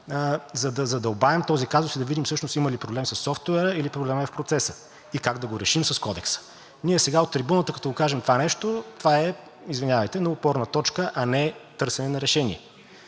за да задълбаем този казус и да видим, всъщност да видим има ли проблем със софтуера, или проблемът е в процеса и как да го решим с Кодекса? Ние сега от трибуната като го кажем това нещо – това е, извинявайте, опорна точка, а не търсене на решение.